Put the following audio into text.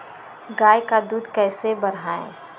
गाय का दूध कैसे बढ़ाये?